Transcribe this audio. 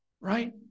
right